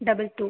double two